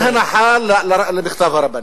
אל תעשה הנחה למכתב הרבנים.